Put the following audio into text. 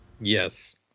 Yes